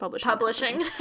Publishing